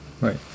Right